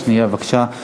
סליחה, רק שנייה בבקשה.